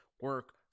work